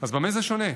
אז במה זה שונה?